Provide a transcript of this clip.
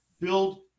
build